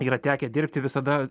yra tekę dirbti visada